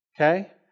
Okay